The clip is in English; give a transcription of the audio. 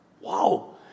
Wow